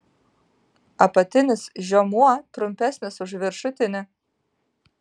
apatinis žiomuo trumpesnis už viršutinį